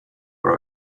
for